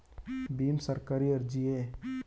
ಭೀಮ್ ಸರ್ಕಾರಿ ಅರ್ಜಿಯೇ?